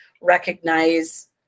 recognize